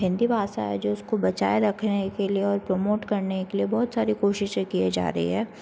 हिंदी भाषा है जो उसको बचाए रखने के लिए और प्रमोट करने के लिए बहुत सारी कोशिशें किए जा रही है